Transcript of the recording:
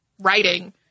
writing